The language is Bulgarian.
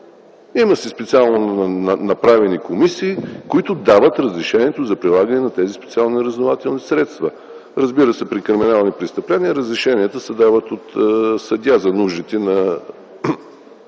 Има си специално направени комисии, които дават разрешението за прилагането на тези специални разузнавателни средства. Разбира се, при криминални престъпления разрешенията се дават от съдията за нуждите на